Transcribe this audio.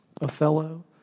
Othello